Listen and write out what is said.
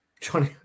Johnny